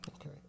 Okay